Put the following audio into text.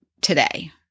today